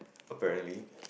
apparently